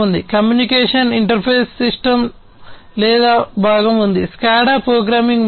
communication interface system లేదా భాగం ఉంది SCADA ప్రోగ్రామింగ్ మరొకటి